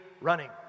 running